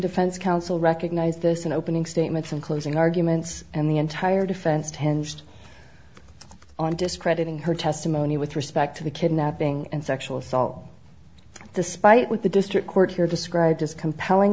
defense counsel recognized this in opening statements and closing arguments and the entire defense ten just on discrediting her testimony with respect to the kidnapping and sexual assault despite what the district court here described as compelling